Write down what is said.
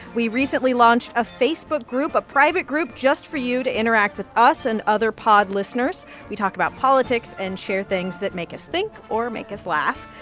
we recently launched a facebook group, a private group just for you to interact with us and other pod listeners. we talk about politics and share things that make us think or make us laugh.